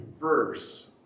verse